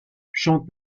chante